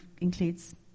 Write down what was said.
includes